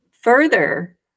further